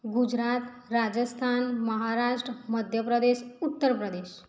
Gujarat Rajasthan Maharashtra Madhya Pradesh Uttar Pradesh